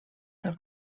pel